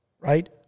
right